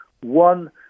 One